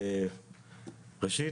ראשית,